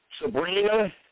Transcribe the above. Sabrina